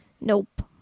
Nope